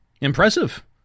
Impressive